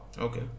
Okay